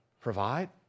provide